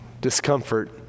discomfort